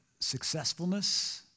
successfulness